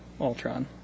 Ultron